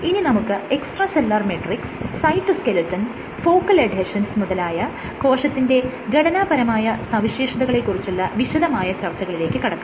ഇനി നമുക്ക് extracellular matrix cytoskeleton focal adhesions മുതലായ കോശത്തിന്റെ ഘടനാപരമായ സവിശേഷതകളെ കുറിച്ചുള്ള വിശദമായ ചർച്ചകളിലേക്ക് കടക്കാം